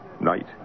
night